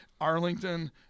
Arlington